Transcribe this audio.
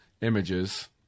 images